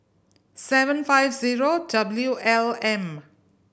seven five zero W L M